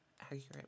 accurate